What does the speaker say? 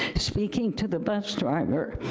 speaking to the bus driver.